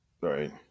Right